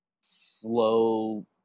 slow